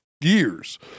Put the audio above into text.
years